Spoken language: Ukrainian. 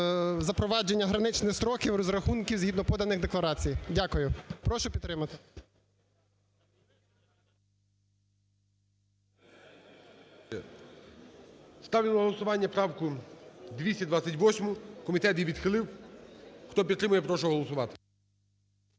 запровадження граничних строків, розрахунків згідно поданих декларацій. Дякую. Прошу підтримати. ГОЛОВУЮЧИЙ. Ставлю на голосування правку 228, комітет її відхилив. Хто підтримує, прошу голосувати.